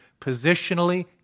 positionally